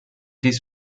dies